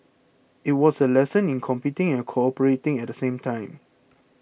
it was a lesson in competing and cooperating at the same time